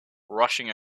rushing